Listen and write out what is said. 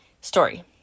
story